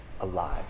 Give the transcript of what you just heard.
alive